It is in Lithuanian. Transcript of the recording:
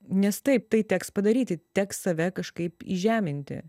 nes taip tai teks padaryti teks save kažkaip įžeminti